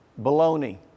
baloney